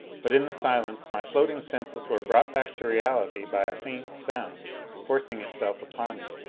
but in the silence my floating senses were brought back to reality by a faint sound forcing itself upon me.